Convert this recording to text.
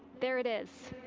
there it is.